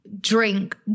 drink